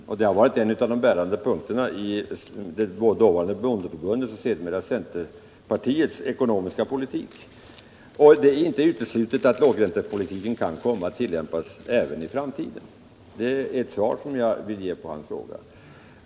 Den låga räntan var en av de bärande punkterna i dåvarande bondeförbundets och sedermera centerpartiets ekonomiska politik, och det är inte uteslutet att lågräntepolitiken kan komma att tillämpas även i framtiden. Det är det svar som jag vill ge på hans fråga.